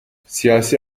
siyasi